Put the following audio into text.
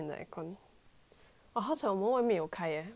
好才我们很外面有开诶不然 freaking 热